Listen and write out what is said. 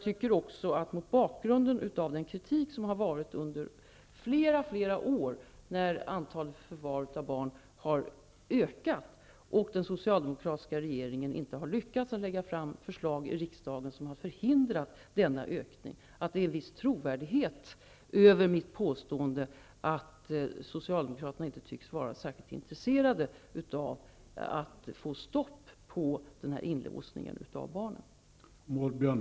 Mot bakgrund av den kritik som har riktats under flera år när antalet barn i förvar har ökat, och den socialdemokratiska regeringen inte lyckades att lägga fram förslag till riksdagen för att förhindra denna ökning, finns en viss trovärdighet i mitt påstående att Socialdemokraterna inte tycks vara särskilt intresserade av att få stopp på denna inlåsning av barn.